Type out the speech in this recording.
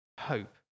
hope